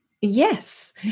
Yes